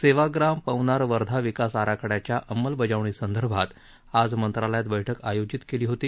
सेवाग्राम पवनार वर्धा विकास आराखड्याच्या अंमलबजावणीसंदर्भात आज मंत्रालयात बैठक आयोजित केली होती